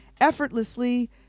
effortlessly